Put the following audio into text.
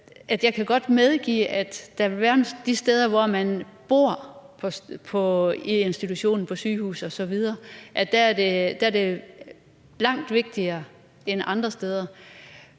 Jeg kan godt medgive, at det de steder, hvor man bor i institutionen, på sygehuset osv., vil være langt vigtigere end andre steder.